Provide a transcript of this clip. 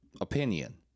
opinion